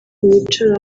bicara